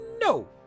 No